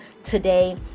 today